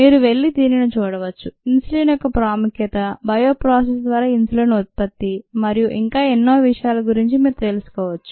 మీరు వెళ్లి దీనిని చూడవచ్చు ఇన్సులిన్ యొక్క ప్రాముఖ్యత బయో ప్రాసెస్ ద్వారా ఇన్సులిన్ ఉత్పత్తి మరియు ఇంకా ఎన్నో విషయాల గురించి మీరు తెలుసుకోవచ్చు